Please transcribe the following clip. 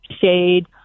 shade